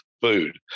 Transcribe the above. food